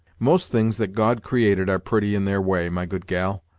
most things that god created are pretty in their way, my good gal,